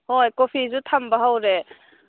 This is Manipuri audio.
ꯍꯣꯏ ꯀꯣꯐꯤꯁꯨ ꯊꯝꯕ ꯍꯧꯔꯦ